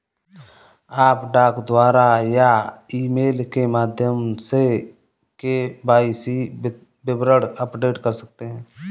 आप डाक द्वारा या ईमेल के माध्यम से के.वाई.सी विवरण अपडेट कर सकते हैं